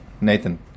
Nathan